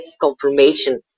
confirmation